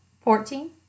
fourteen